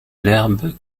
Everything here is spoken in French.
l’herbe